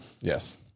Yes